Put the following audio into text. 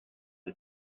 que